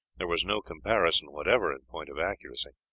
there was no comparison whatever in point of accuracy,